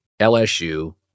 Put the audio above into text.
LSU